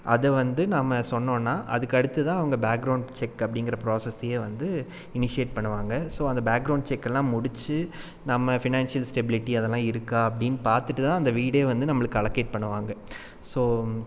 அதை வந்து நாம சொன்னோனா அதுக்கடுத்துதான் அவங்க பேக்ரவுண்ட் செக் அப்படிங்குற ப்ராசஸ்ஸையே வந்து இனிஷியேட் பண்ணுவாங்க ஸோ அந்த பேக்ரவுண்ட் செக்கெல்லாம் முடிச்சு நம்ம ஃபினான்ஷியல் ஸ்டெபிலிட்டி அதெலாம் இருக்கா அப்படின்னு பார்த்துட்டுதான் அந்த வீடே வந்து நம்மளுக்கு அலக்கேட் பண்ணுவாங்க ஸோ